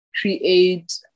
create